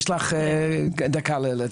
יש לך דקה להציג את הדברים.